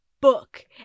book